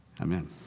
amen